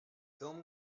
film